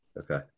Okay